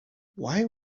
why